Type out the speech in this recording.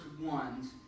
ones